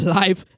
life